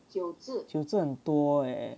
九只很多诶